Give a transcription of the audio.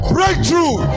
Breakthrough